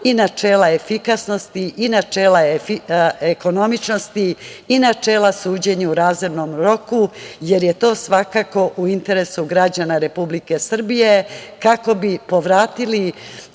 i načela efikasnosti, i načela ekonomičnosti i načela suđenja u razumnom roku, jer je to svakako u interesu građana Republike Srbije kako bi povratili